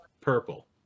purple